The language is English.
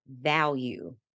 value